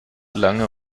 lange